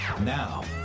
Now